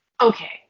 okay